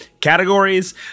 categories